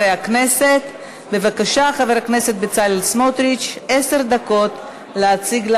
של חבר הכנסת בצלאל סמוטריץ וקבוצת